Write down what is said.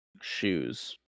shoes